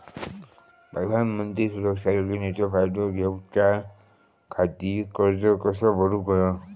प्रधानमंत्री सुरक्षा योजनेचो फायदो घेऊच्या खाती अर्ज कसो भरुक होयो?